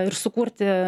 ir sukurti